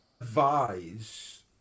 advise